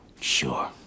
Sure